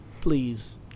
Please